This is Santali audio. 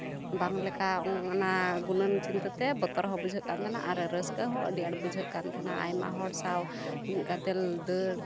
ᱵᱟᱝ ᱞᱮᱠᱟ ᱚᱱᱟ ᱜᱩᱱᱟᱹᱱ ᱪᱤᱱᱛᱟᱹ ᱛᱮ ᱵᱚᱛᱚᱨ ᱦᱚᱸ ᱵᱩᱡᱷᱟᱹᱜ ᱠᱟᱱ ᱛᱟᱦᱮᱱᱟ ᱟᱨ ᱨᱟᱹᱥᱠᱟᱹ ᱦᱚᱸ ᱟᱹᱰᱤ ᱟᱸᱴ ᱵᱩᱡᱷᱟᱹᱜ ᱠᱟᱱ ᱛᱟᱦᱮᱱᱟ ᱟᱭᱢᱟ ᱦᱚᱲ ᱥᱟᱶ ᱢᱤᱫ ᱜᱟᱫᱮᱞ ᱫᱟᱹᱲ